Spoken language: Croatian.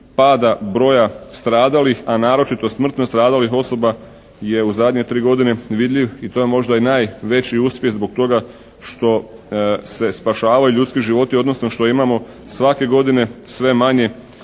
pada broja stradalih, a naročito smrtno stradalih osoba je u zadnje tri godine vidljiv i to je možda i najveći uspjeh zbog toga što se spašavaju ljudski životi, odnosno što imamo svake godine sve manje